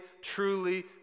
truly